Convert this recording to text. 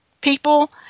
people